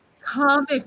Comic